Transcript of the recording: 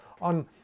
on